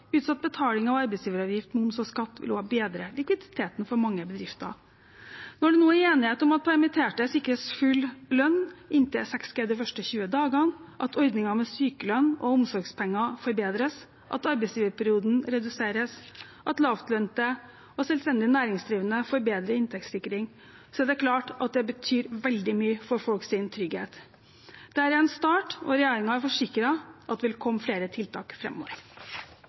utsatt betaling av arbeidsgiveravgift, moms og skatt vil også bedre likviditeten for mange bedrifter. Når det nå er enighet om at permitterte sikres full lønn inntil 6G de første 20 dagene, at ordningen med sykelønn og omsorgspenger forbedres, at arbeidsgiverperioden reduseres, og at lavtlønte og selvstendig næringsdrivende får bedre inntektssikring, er det klart at det betyr veldig mye for folks trygghet. Dette er en start, og regjeringen har forsikret om at det vil komme flere tiltak